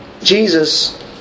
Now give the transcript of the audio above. Jesus